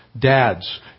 Dads